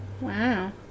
Wow